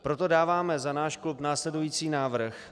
Proto dáváme za náš klub následující návrh.